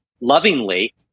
lovingly